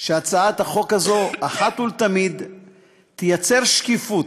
שהצעת החוק הזאת אחת ולתמיד תייצר שקיפות,